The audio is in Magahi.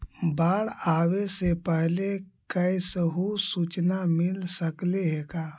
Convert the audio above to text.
बाढ़ आवे से पहले कैसहु सुचना मिल सकले हे का?